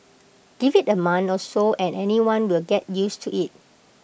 give IT A month or so and anyone will get used to IT